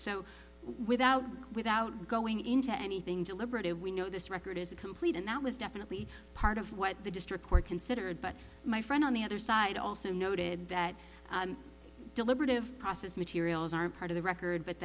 so without without going into anything deliberative we know this record is a complete and that was definitely part of what the district court considered but my friend on the other side also noted that deliberative process materials are part of the record but